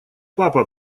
папа